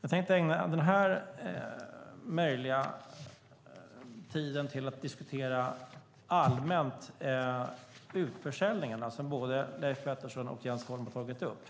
Jag tänkte ägna den här tiden åt att diskutera utförsäljningen allmänt, alltså det som både Leif Pettersson och Jens Holm har tagit upp.